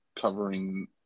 covering